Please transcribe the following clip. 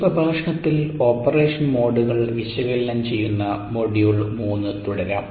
ഈ പ്രഭാഷണത്തിൽ ഓപ്പറേഷൻ മോഡുകൾ വിശകലനം ചെയ്യുന്ന മൊഡ്യൂൾ 3 തുടരാം